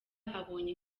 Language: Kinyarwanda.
abonye